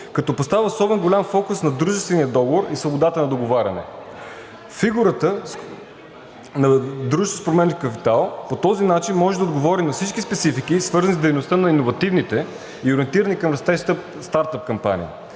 като поставя особено голям фокус на дружествения договор и свободата на договаряне. Фигурата на дружеството с променлив капитал по този начин може да отговори на всички специфики, свързани с дейността на иновативните и ориентирани към стартъп кампании,